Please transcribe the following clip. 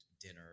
dinner